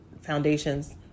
Foundations